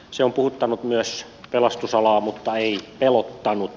se on puhuttanut myös pelastusalaa mutta ei pelottanut